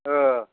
औ